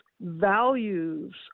values